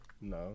No